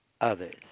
others